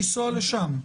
לא, הוא מבקש לנסוע לשם.